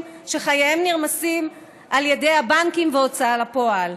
שחייהם נרמסים על ידי הבנקים וההוצאה לפועל.